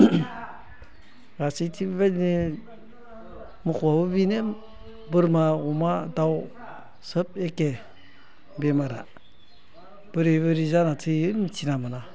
गासैथिंबो मोखौआबो बिनो बोरमा अमा दाउ सोब एखे बेमारा बोरै बोरै जाना थैयो मिथिना मोना